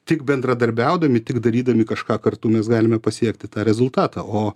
tik bendradarbiaudami tik darydami kažką kartu mes galime pasiekti tą rezultatą o